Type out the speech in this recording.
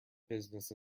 business